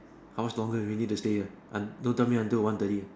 how much longer do we need to stay here and don't tell me until one thirty